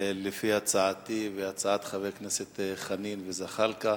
לפי הצעתי והצעת חברי הכנסת חנין וזחאלקה,